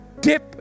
dip